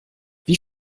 wie